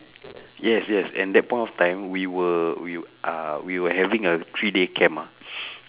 yes yes and that point of time we were we w~ ah we were having a three day camp ah